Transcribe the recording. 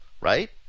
right